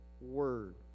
word